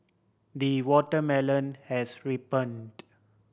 the watermelon has ripened